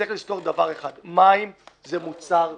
צריך לזכור דבר אחד מים זה מוצר בסיסי.